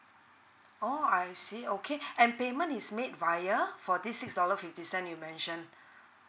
oh I see okay and payment is made via for this six dollar fifty cent you mention